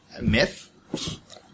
Myth